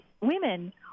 women